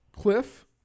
Cliff